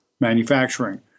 manufacturing